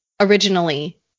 originally